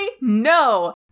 no